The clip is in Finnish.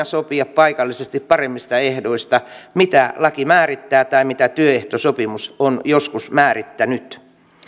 sopia paikallisesti paremmista ehdoista mitä laki määrittää tai mitä työehtosopimus on joskus määrittänyt